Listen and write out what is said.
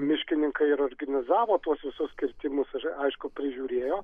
miškininkai ir organizavo tuos visus kirtimus ir aišku prižiūrėjo